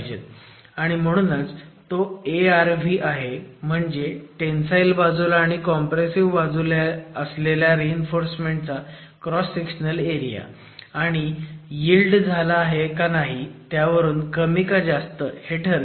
आणि म्हणूनच तो Arv आहे म्हणजे टेंसाईल बाजूला आणि कॉम्प्रेसिव्ह बाजूला असलेल्या रीइन्फोर्समेंट चा क्रॉस सेक्शनल एरिया आणि यिल्ड झाला आहे का नाही त्यावरून कमी जास्त ठरतो